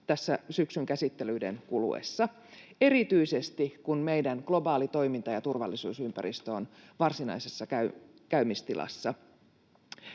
tässä syksyn käsittelyiden kuluessa, erityisesti kun meidän globaali toiminta ja turvallisuusympäristö ovat varsinaisessa käymistilassa.